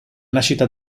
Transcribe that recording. nascita